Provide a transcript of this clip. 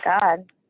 god